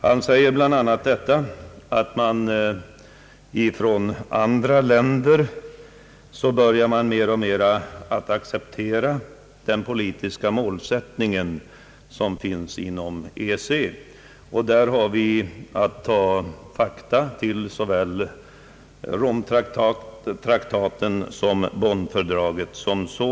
Han påstår bl.a. att andra länder mer och mer börjar acceptera EEC:s politiska målsättning. Där har vi då att rätta oss efter de fakta som finns i såväl Rom-traktaten som Bonn-fördraget.